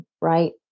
Right